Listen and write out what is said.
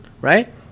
Right